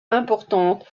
importante